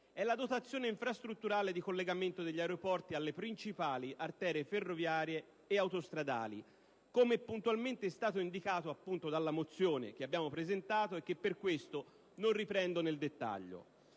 è la dotazione infrastrutturale di collegamento degli aeroporti alle principali arterie ferroviarie e autostradali, come puntualmente è stato indicato appunto nella mozione che abbiamo presentato e che per questo non riprendo nel dettaglio.